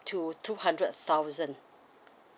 to two hundred thousand